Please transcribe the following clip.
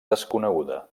desconeguda